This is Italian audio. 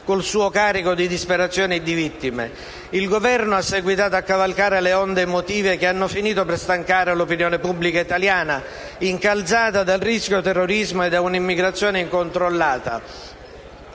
col suo carico di disperazione e di vittime. Il Governo ha seguitato a cavalcare le onde emotive che hanno finito per stancare l'opinione pubblica italiana, incalzata dal rischio terrorismo e da un'immigrazione incontrollata.